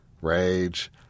rage